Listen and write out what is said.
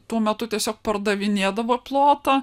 tuo metu tiesiog pardavinėdavo plotą